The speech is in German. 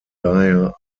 daher